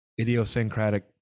idiosyncratic